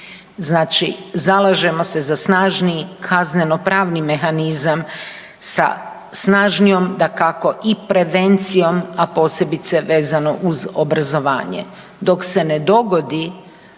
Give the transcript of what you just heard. znači zalažemo se za snažniji kaznenopravni mehanizam sa snažnijom, dakako i prevencijom, a posebice vezano uz obrazovanje. Dok se ne dogodi